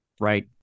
Right